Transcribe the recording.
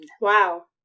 Wow